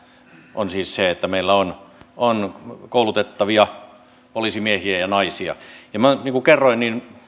on siis se että meillä on on koulutettavia poliisimiehiä ja ja naisia minä niin kuin kerroin